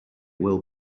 will